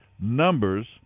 Numbers